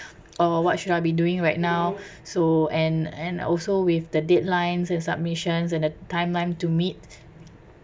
or what should I be doing right now so and and also with the deadlines and submissions and the timeline to meet